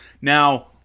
Now